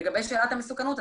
לגבי שאלת המסוכנות,